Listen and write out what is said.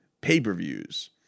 pay-per-views